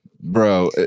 bro